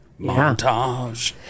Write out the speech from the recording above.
Montage